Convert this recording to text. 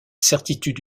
certitude